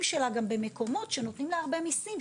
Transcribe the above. שלה גם במקומות שנותנים לה הרבה מיסים,